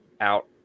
out